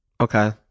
okay